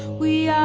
we